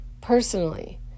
personally